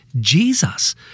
Jesus